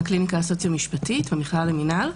מהקליניקה הסוציו-משפטית במכללה למינהל.